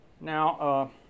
now